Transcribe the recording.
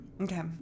okay